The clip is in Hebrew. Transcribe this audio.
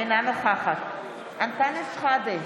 אינה נוכחת אנטאנס שחאדה,